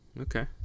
Okay